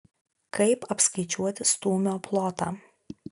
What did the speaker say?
kaip apskaičiuoti stūmio plotą